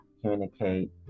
communicate